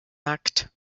nackt